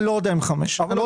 אני לא יודע אם חמש דירות.